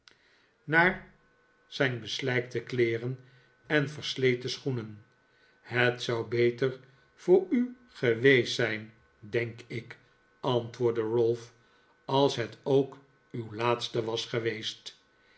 naar zijn beslijkte kleeren en versleten schoenen het zou beter voor u geweest zijn denk ik antwoordde ralph als het ook uw laatste was geweest